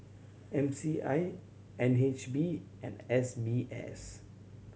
M C I N H B and S B S